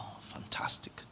Fantastic